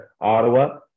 Ottawa